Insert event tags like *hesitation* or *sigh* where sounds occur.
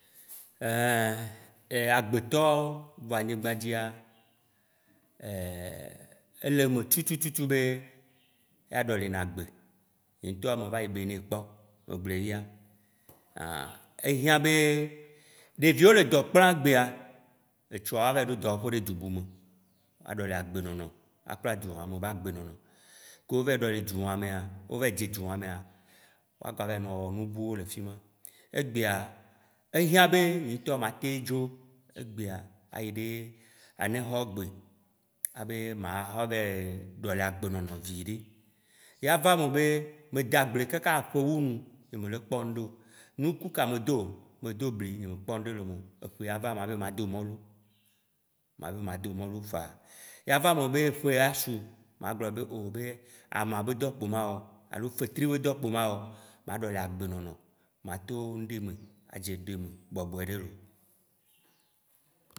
Ein *hesitation* agbetɔ va anyigba dzia, *hesitation* ele eme tutututu be ya ɖɔlina agbe, nye ŋtɔa meva yi benin kpɔ, megblɔe fia, anh ehiã be, ɖeviwo le dɔ kpla egbea, etsɔa woava yi ɖo dɔwɔfe ɖe dzu bu me, woa ɖɔli agbenɔnɔ, akpla dzu ma me ba gbenɔnɔ, ke wo vayi ɖɔli dzu wã mea wo va yi dze dzu wã mea, woa gba va yi nɔ wɔ nu buwo le fima. Egbea ehiã be nye ŋtɔ matem dzo, ayi ɖe aneho egbe abe maxɔ va yi ɖɔli agbenɔnɔ viɖe. Yea va eme be, me da agble kaka ƒe wu nu, nye me le kpɔ ŋɖekeo. Nuku ka medo? Me do bli nye mekpɔ ŋɖe le eme o, eƒe yi ava, mabe mado mɔlu, ma be mado mɔlu faa. Ya va eme be ƒe asu, ma gblɔ be o be, ama be dɔ kpo ma wɔ, fetri be dɔ kpo mawɔ. Maɖɔli agbenɔnɔ, ma to ŋɖe me adze ŋɖe me bɔbɔe ɖe loo